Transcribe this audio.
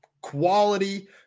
quality